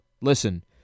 Listen